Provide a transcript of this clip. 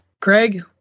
Craig